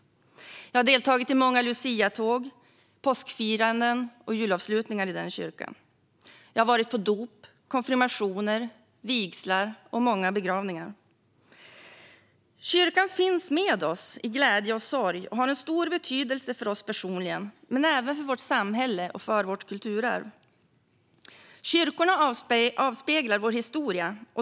Jag har deltagit i många Luciatåg, påskfiranden och julavslutningar i den kyrkan. Jag har varit på dop, konfirmationer, vigslar och många begravningar. Kyrkan finns med oss i glädje och sorg och har en stor betydelse för oss personligen men även för vårt samhälle och för vårt kulturarv. Kyrkorna avspeglar vår historia.